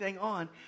on